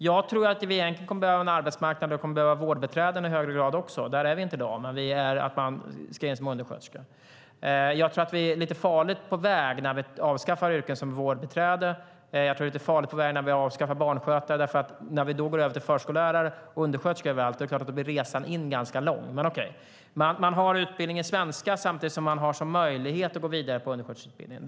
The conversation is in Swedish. Jag tror att vi egentligen kommer att behöva en arbetsmarknad också med vårdbiträden i högre grad. Där är vi inte i dag. Jag tror att vi är lite farligt ute när vi avskaffar yrken som vårdbiträde. Jag tror att vi är lite farligt ute när vi avskaffar barnskötare. För när vi går över till förskollärare och undersköterskor överallt är det klart att resan in blir ganska lång. Men man har utbildning i svenska samtidigt som man har möjlighet att gå vidare på undersköterskeutbildningen.